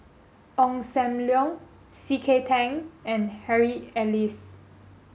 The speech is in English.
Ong Sam Leong C K Tang and Harry Elias